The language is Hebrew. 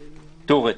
תיאורטית,